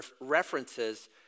references